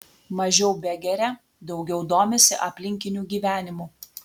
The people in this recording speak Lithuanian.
mažiau begeria daugiau domisi aplinkiniu gyvenimu